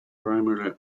primarily